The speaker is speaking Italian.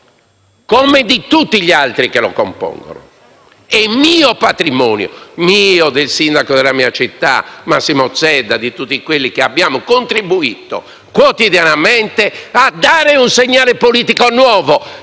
come di tutti gli altri che lo compongono. È patrimonio mio, del sindaco della mia città, Massimo Zedda, e di tutti coloro che hanno contribuito quotidianamente a dare un segnale politico nuovo